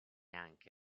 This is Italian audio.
anche